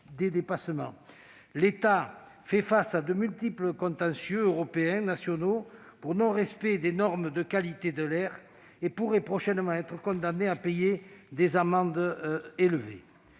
L'État fait face à de multiples contentieux européens et nationaux pour non-respect des normes de qualité de l'air et pourrait être prochainement condamné à payer des amendes élevées.